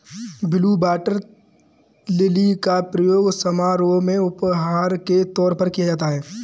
blue water lily का प्रयोग समारोह में उपहार के तौर पर किया जाता है